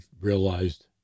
realized